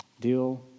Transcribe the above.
Deal